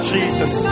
Jesus